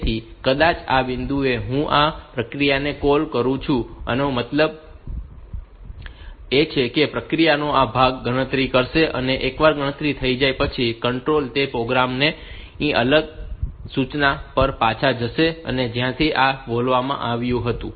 તેથી કદાચ આ બિંદુએ હું આ પ્રક્રિયાને કૉલ કરું છું અને અહીં મતલબ એ છે કે પ્રક્રિયાનો આ ભાગ ગણતરી કરશે અને એકવાર ગણતરી પર થઈ જાય પછી કન્ટ્રોલ તે પ્રોગ્રામ ની આગલી સૂચના પર પાછા જશે કે જ્યાંથી આ બોલાવવામાં આવ્યું હતું